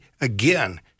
again